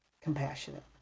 compassionate